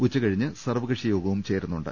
ഉച്ചകഴിഞ്ഞ് സർവ്വകക്ഷിയോഗവും ചേരുന്നു ണ്ട്